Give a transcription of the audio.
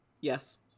Yes